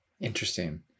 Interesting